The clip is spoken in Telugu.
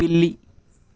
పిల్లి